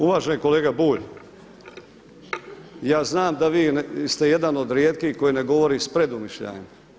Uvaženi kolega Bulj, ja znam da vi ste jedan od rijetkih koji ne govori s predumišljajem.